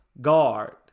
guard